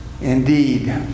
indeed